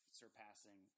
surpassing